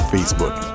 Facebook